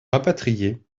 rapatrié